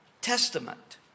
Testament